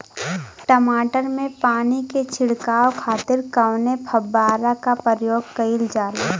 टमाटर में पानी के छिड़काव खातिर कवने फव्वारा का प्रयोग कईल जाला?